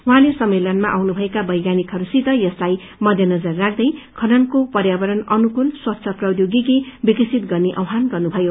उछँले सम्मेलनमा आउन भएका वैज्ञानिकहरूसित यसलाई मध्यनजर राख्दै खननको पर्यावरण अनुकूल स्वच्छ प्रोपोगिक्री विकसित गर्ने आह्वान गर्नुभयो